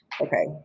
Okay